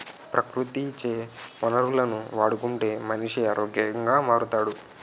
ప్రకృతి ఇచ్చే వనరులను వాడుకుంటే మనిషి ఆరోగ్యంగా మారుతాడు